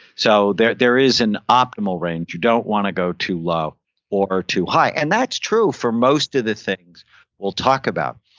so there there is an optimal range. you don't want to go too low or too high, and that's true for most of the things we'll talk about.